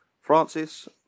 Francis